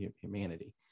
humanity